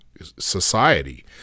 society